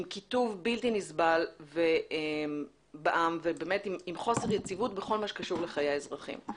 עם קיטוב בלתי נסבל בעם ועם חוסר יציבות בכל מה שקשור לחיי האזרחים.